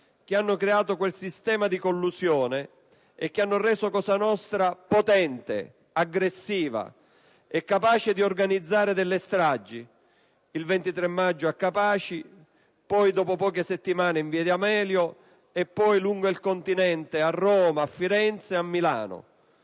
che hanno creato quel sistema di collusione che ha reso Cosa nostra potente, aggressiva e capace di organizzare delle stragi: il 23 maggio a Capaci, dopo poche settimane in via d'Amelio e poi lungo il continente a Roma, a Firenze e a Milano.